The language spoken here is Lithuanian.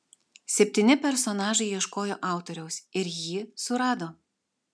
septyni personažai ieškojo autoriaus ir jį surado